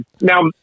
Now